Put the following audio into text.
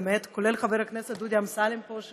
באמת מאחלת לך שתנהלי את הכנסת ביד רמה וללא משוא פנים,